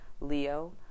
Leo